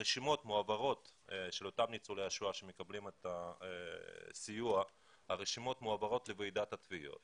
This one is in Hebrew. הרשימות של ניצולי השואה שמקבלים את הסיוע מועברות לוועידת התביעות